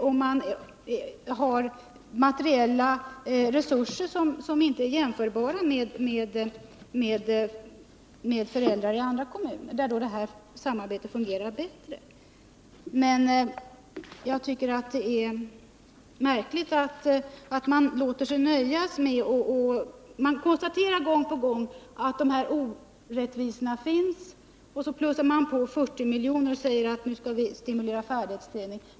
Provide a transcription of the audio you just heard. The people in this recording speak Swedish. Föräldrarnas materiella resurser är inte jämförbara med dem som föräldrar i andra kommuner har och där samarbetet fungerar bättre. Jag tycker dock att det är märkligt att man låter sig nöja med detta. Gång på gång konstaterar man att orättvisorna finns. Så plussar man på med 40 miljoner och säger att nu skall vi stimulera färdighetsträning.